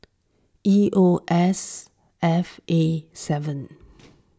E O S F A seven